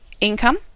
income